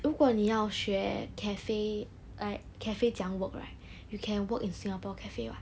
如果你要学 cafe like cafe 怎样 work right you can work in singapore cafe [what]